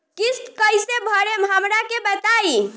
किस्त कइसे भरेम हमरा के बताई?